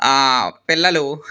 ఆ పిల్లలు